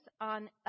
on